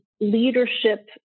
leadership